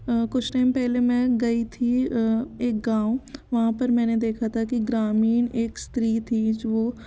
कुछ टाइम पहले गई थी एक गाँव वहाँ पर मैंने देखा था कि ग्रामीण एक स्त्री थी जो